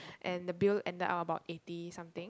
and the bill ended up about eighty something